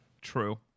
True